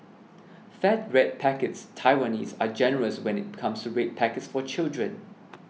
fat red packets Taiwanese are generous when it comes to red packets for children